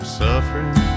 suffering